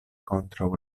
kontraŭ